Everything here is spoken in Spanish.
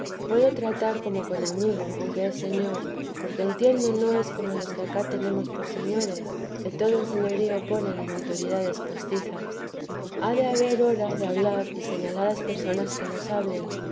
puedo tratar como con amigo aunque es señor porque entiendo no es como los que acá tenemos por señores que todo el señorío ponen en autoridades postizas ha de haber hora de hablar y señaladas personas que les hablen